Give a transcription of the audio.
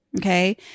Okay